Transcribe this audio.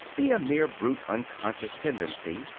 be a mere brute unconscious tendency,